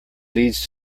leads